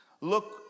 Look